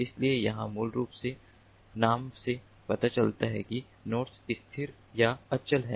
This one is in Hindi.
इसलिए यहां मूल रूप से नाम से पता चलता है कि नोड्स स्थिर या अचल हैं